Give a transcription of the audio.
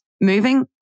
moving